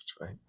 right